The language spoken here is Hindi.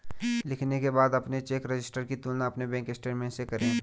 लिखने के बाद अपने चेक रजिस्टर की तुलना अपने बैंक स्टेटमेंट से करें